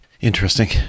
Interesting